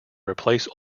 replace